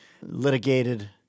litigated